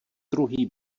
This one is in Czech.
druhý